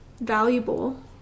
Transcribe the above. valuable